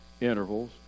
intervals